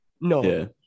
No